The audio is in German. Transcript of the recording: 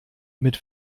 mit